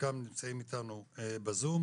חלקם נמצאים איתנו בזום,